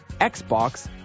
Xbox